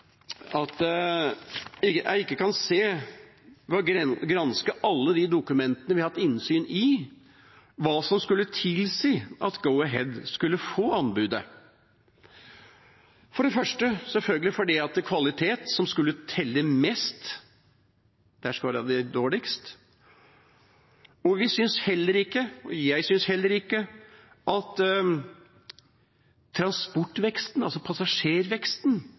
kan ikke se, ved å granske alle de dokumentene vi har hatt innsyn i, hva som skulle tilsi at Go-Ahead skulle få anbudet. For det første, selvfølgelig, fordi det var kvalitet som skulle telle mest – der skåret de dårligst. Og jeg syns heller ikke at transportveksten, altså passasjerveksten,